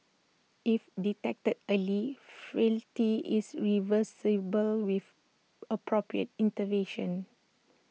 if detected early frailty is reversible with appropriate intervention